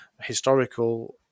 historical